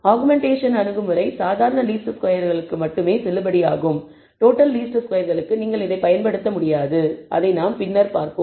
augmentation அணுகுமுறை சாதாரண least squares க்கு மட்டுமே செல்லுபடியாகும் டோட்டல் லீஸ்ட் ஸ்கொயர்ஸ்களுக்கு நீங்கள் இதைப் பயன்படுத்த முடியாது அதை நாம் பின்னர் பார்ப்போம்